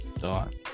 dot